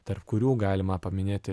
tarp kurių galima paminėti